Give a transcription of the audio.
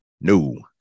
No